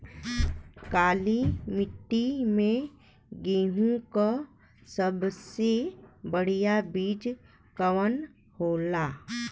काली मिट्टी में गेहूँक सबसे बढ़िया बीज कवन होला?